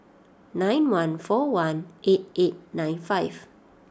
nine one four one eight eight nine five